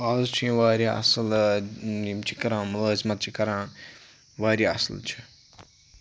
آز چھِ یِم واریاہ اَصل یِم چھِ کَران مُلٲزمَت چھِ کَران واریاہ اَصل چھِ